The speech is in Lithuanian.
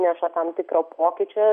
įneša tam tikro pokyčio